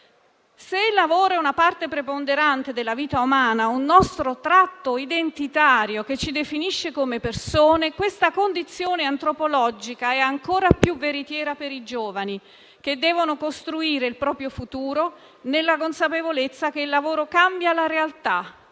Se il lavoro è una parte preponderante della vita umana, un nostro tratto identitario che ci definisce come persone, questa condizione antropologica è ancora più veritiera per i giovani, che devono costruire il proprio futuro nella consapevolezza che il lavoro cambia la realtà,